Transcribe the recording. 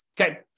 Okay